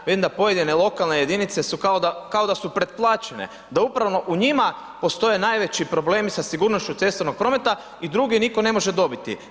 Vidim da pojedine lokalne jedinice su kao da su pretplaćene, da upravo u njima postoje najveći problemi sa sigurnošću cestovnog prometa i drugi nitko ne može dobiti.